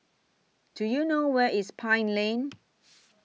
Do YOU know Where IS Pine Lane